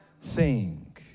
sing